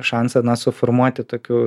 šansą na suformuoti tokių